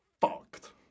fucked